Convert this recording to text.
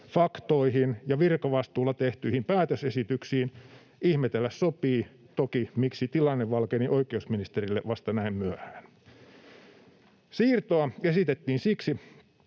faktoihin ja virkavastuulla tehtyihin päätösesityksiin. Ihmetellä sopii toki, miksi tilanne valkeni oikeusministerille vasta näin myöhään. Siirtoa esitettiin siksi,